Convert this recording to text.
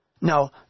No